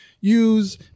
use